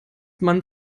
man